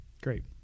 Great